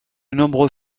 nombreux